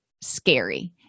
scary